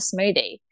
smoothie